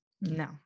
No